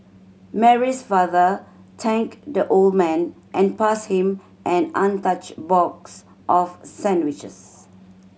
Mary's father thanked the old man and passed him an untouched box of sandwiches